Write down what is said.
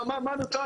אז מה נותר?